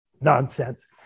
nonsense